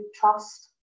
trust